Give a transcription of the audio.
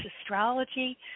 astrology